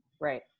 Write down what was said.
Right